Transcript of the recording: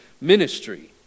ministry